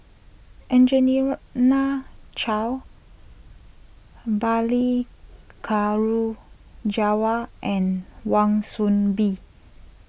Angelina Choy Balli Kaur Jaswal and Wan Soon Bee